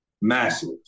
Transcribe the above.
Massive